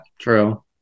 true